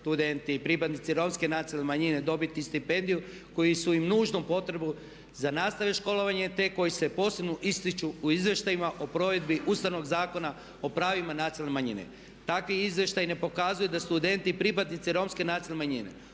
studenti i pripadnici Romske nacionalne manjine dobiti stipendiju koji su, i nužnu potrebu za nastavljanje školovanja, te koji se posebno ističu u izvještajima o provedbi Ustavnog zakona o pravima nacionalne manjine. Takvi izvještaji ne pokazuju da studenti i pripadnici Romske nacionalne manjine